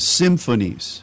symphonies